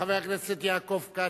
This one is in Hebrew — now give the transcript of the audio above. חבר הכנסת יעקב כץ,